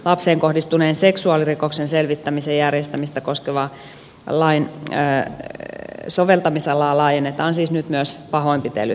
lapsiin kohdistuneen seksuaalirikoksen selvittämisen järjestämistä koskevan lain soveltamisalaa laajennetaan siis nyt myös pahoinpitelyrikoksiin